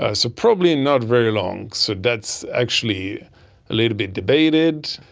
ah so probably not very long, so that's actually a little bit debated.